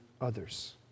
others